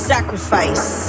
Sacrifice